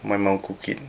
my mum cook it